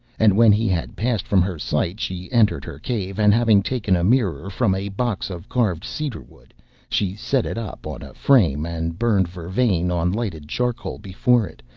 and when he had passed from her sight she entered her cave, and having taken a mirror from a box of carved cedarwood, she set it up on a frame, and burned vervain on lighted charcoal before it,